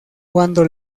cuando